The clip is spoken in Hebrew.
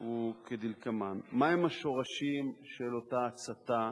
הוא כדלקמן: מהם השורשים של אותה הצתה,